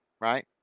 Right